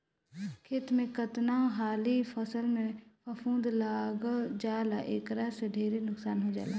खेत में कतना हाली फसल में फफूंद लाग जाला एकरा से ढेरे नुकसान हो जाला